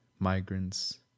Migrants